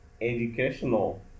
educational